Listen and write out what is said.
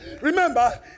Remember